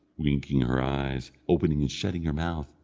winking her eyes, opening and shutting her mouth,